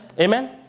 Amen